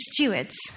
stewards